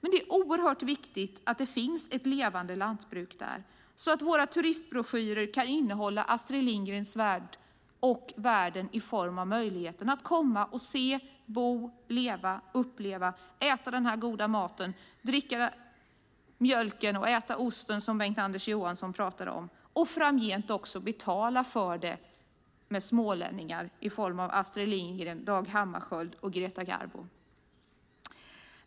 Det är oerhört viktigt att där finns ett levande lantbruk så att våra turistbroschyrer kan innehålla Astrid Lindgrens Värld och värden i form av möjligheten att komma och se, bo, leva, uppleva, äta den goda maten, dricka mjölken och äta osten som Bengt-Anders Johansson talade om, och framgent också betala för det med smålänningar i form av Astrid Lindgren, Dag Hammarskjöld och Greta Garbo.